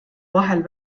vahel